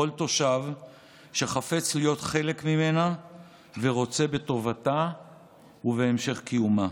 כל תושב שחפץ להיות חלק ממנה ורוצה בטובתה ובהמשך קיומה,